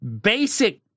basic